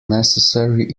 necessary